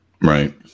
Right